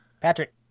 Patrick